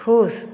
खुश